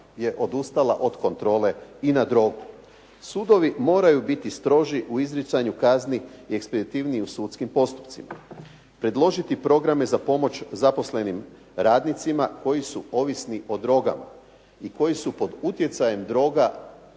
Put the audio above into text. je odustala od kontrole i na drogu. Sudovi moraju biti stroži u izricanju kazni i ekspeditivniji u sudskim postupcima, predložiti programe za pomoć zaposlenim radnicima koji su ovisni o drogama i koji su pod utjecajem droga